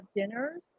dinners